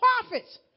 prophets